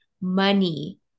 money